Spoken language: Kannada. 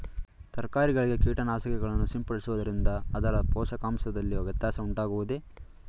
ತರಕಾರಿಗಳಿಗೆ ಕೀಟನಾಶಕಗಳನ್ನು ಸಿಂಪಡಿಸುವುದರಿಂದ ಅದರ ಪೋಷಕಾಂಶದಲ್ಲಿ ವ್ಯತ್ಯಾಸ ಉಂಟಾಗುವುದೇ?